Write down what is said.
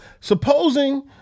supposing